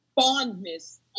fondness